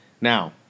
Now